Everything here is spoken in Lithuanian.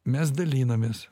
mes dalinamės